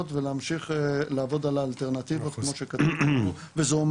ולהמשיך לעבוד על האלטרנטיבות כמו שכתוב פה.